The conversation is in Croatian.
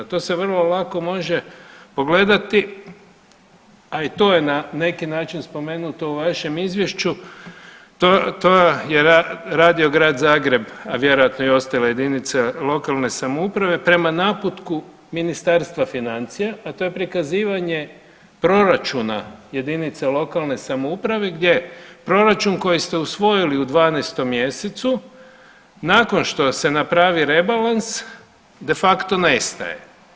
To se vrlo lako može pogledati, a i to je na neki način spomenuto u vašem izvješću, to je radio Grad Zagreb, a vjerojatno i ostale jedinice lokalne samouprave, prema naputku Ministarstva financija, a to je prikazivanje proračuna jedinica lokalne samouprave gdje proračun koji ste usvojili u 12 mjesecu nakon što se napravi rebalans de facto nestaje.